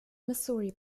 missouri